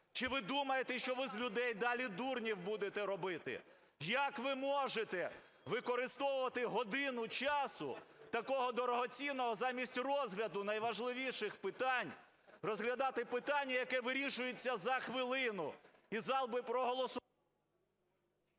Чи ви думаєте, що ви з людей далі дурнів будете робити? Як ви можете використовувати годину часу, такого дорогоцінного, замість розгляду найважливіших питань, розглядати питання, яке вирішується за хвилину, і зал би проголосував…